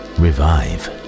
revive